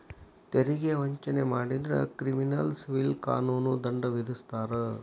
ತೆರಿಗೆ ವಂಚನೆ ಮಾಡಿದ್ರ ಕ್ರಿಮಿನಲ್ ಸಿವಿಲ್ ಕಾನೂನು ದಂಡ ವಿಧಿಸ್ತಾರ